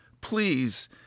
Please